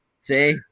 See